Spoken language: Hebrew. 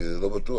אני לא בטוח.